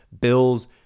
Bills